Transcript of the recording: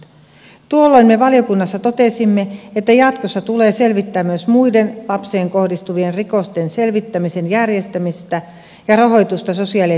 tuolloin me valiokunnassa totesimme että jatkossa tulee selvittää myös muiden lapseen kohdistuvien rikosten selvittämisen järjestämistä ja rahoitusta sosiaali ja terveydenhuollossa